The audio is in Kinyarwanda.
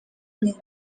neza